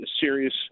Serious